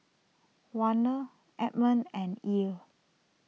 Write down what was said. Warner Edmond and Ell